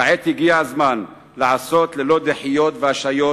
כעת הגיע הזמן לעשות, ללא דחיות והשהיות,